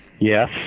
Yes